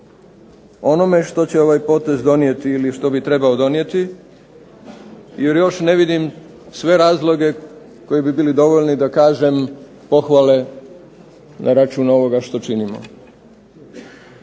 onome što će ovaj potez donijeti ili što bi trebao donijeti, jer još ne vidim sve razloge koji bi bili dovoljni da kažem pohvale na račun ovoga što činimo.